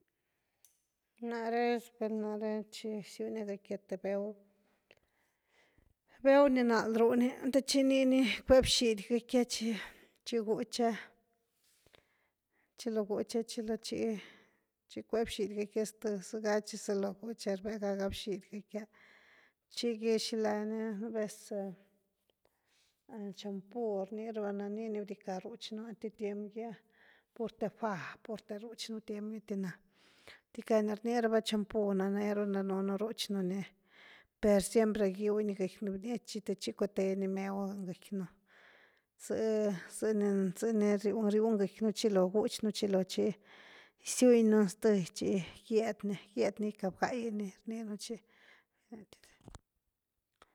Nare vel nare chi rziunia gëckya th béw, béw ni nald ru ni te chi ni cue bxid gëckya chi, chi gutcha’h, chiloo gutcha tchi lo, chi-chi cue bxidy gëckya zthe zega tchi zalo gutcha chi rbe brxidy gëckya chiquei xila ni nú vez, champoo rni raba lani nii ni bdicka ruch nú, tiem gy’a purthe fá purte ruch nú tiem gy per ná bdica ni rni raba champoo ná ne ru danunú ruch nú ni, per siempre gyuñ ni gëcky nú binietch te chi cue teni mew gëcky nú, ze-ze zeniriuñ gëcky nú tchi chilo guch nú chilo chi gisiuñ nú sth tchi gied nigicka bga’i ni rni nu chi.